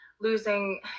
losing